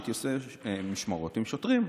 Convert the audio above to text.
הייתי עושה משמרות עם שוטרים,